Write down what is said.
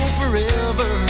forever